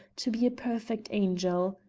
to be a perfect angel.